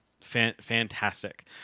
fantastic